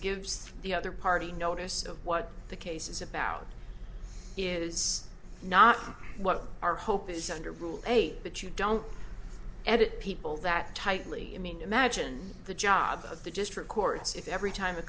gives the other party notice of what the case is about is not what our hope is under rule eight but you don't edit people that tightly i mean imagine the job of the just records if every time a